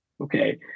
okay